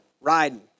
riding